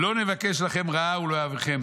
לא נבקש לכם רעה ולאוהביכם.